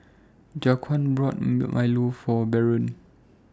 Jaquan bought Milo For Barron